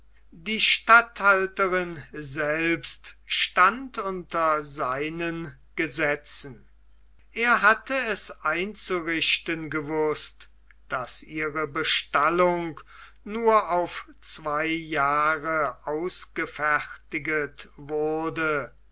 die statthalterin selbst stand unter seinen gesetzen er hatte es einzurichten gewußt daß ihre bestallung nur auf zwei jahre ausgefertigt wurde